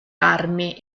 armi